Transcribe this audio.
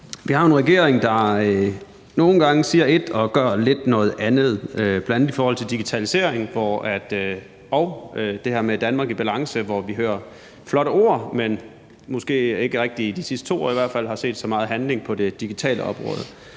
Vi har jo en regering, der nogle gange siger et og gør lidt noget andet, bl.a. i forhold til digitalisering og det her med Danmark i balance, hvor vi hører flotte ord, men måske ikke rigtig, i hvert fald de sidste 2 år, har set så meget handling på det digitale område.